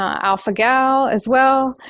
alpha-gal as well,